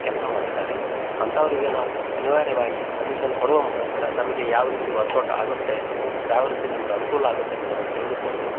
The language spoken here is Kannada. ಕೆಲಸ ಮಾಡುತ್ತಾರೆ ಅಂಥವರಿಗೆ ನಾವು ಅನಿವಾರ್ಯವಾಗಿ ಕಮಿಷನ್ ಕೊಡುವ ಮುಖಾಂತರ ನಮಗೆ ಯಾವ ರೀತಿ ವರ್ಕೌಟ್ ಆಗುತ್ತೆ ಯಾವ ರೀತಿ ನಮ್ಗೆ ಅನುಕೂಲ ಆಗುತ್ತೆ ಅನ್ನೋದನ್ನ ತಿಳಿದುಕೊಂಡು